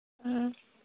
ꯎꯝ